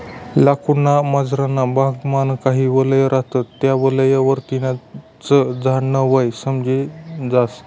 लाकूड ना मझारना भाग मान काही वलय रहातस त्या वलय वरतीन च झाड न वय समजी जास